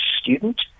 student